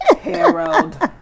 Harold